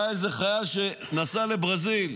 היה איזה חייל שנסע לברזיל,